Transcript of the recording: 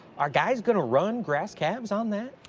are guys going to run grass calves on that?